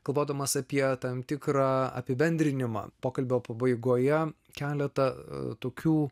galvodamas apie tam tikrą apibendrinimą pokalbio pabaigoje keletą tokių